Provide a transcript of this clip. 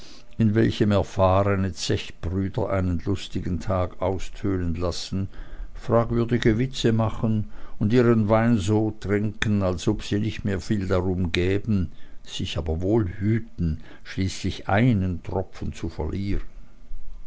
in welchem erfahrene zechbrüder einen lustigen tag austönen lassen fragwürdige witze machen und ihren wein so trinken als ob sie nicht mehr viel darum gäben sich aber wohl hüten schließlich einen tropfen zu verlieren